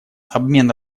обмен